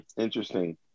Interesting